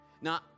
now